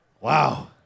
Wow